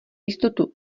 jistotu